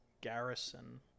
garrison